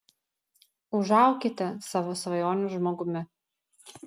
užaukite savo svajonių žmogumi